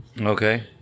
Okay